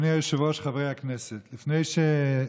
בבקשה, חבר הכנסת ליצמן, בבקשה.